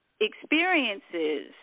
experiences